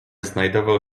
znajdował